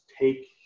take